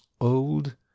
old